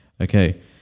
okay